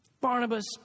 Barnabas